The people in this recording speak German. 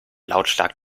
lautstark